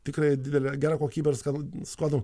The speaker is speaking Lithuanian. tikrai didelė gera kokybė ir skanu skanu